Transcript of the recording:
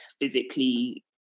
physically